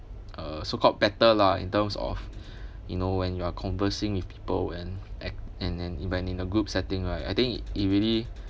uh so called better lah in terms of you know when you are conversing with people and act and then if you are in a group setting right I think it really